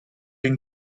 une